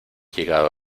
llegado